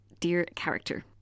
DearCharacter